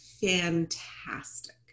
fantastic